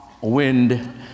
wind